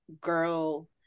girl